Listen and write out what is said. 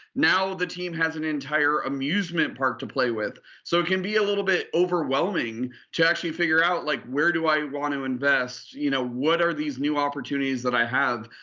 now the team has an entire amusement park to play with. so it can be a little bit overwhelming to actually figure out like where do i want to invest. you know what are these new opportunities that i have?